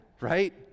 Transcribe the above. right